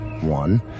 One